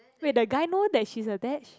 wait the guy know that she's attached